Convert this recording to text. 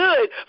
good